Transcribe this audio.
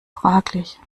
fraglich